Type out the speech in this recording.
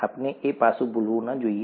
આપણે એ પાસું ભૂલવું ન જોઈએ